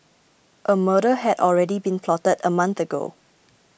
a murder had already been plotted a month ago